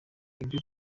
ibyo